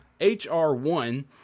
HR1